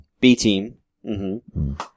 B-team